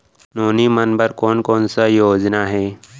नोनी मन बर कोन कोन स योजना हे?